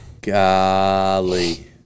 Golly